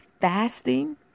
fasting